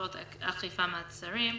אסירים וכלואים),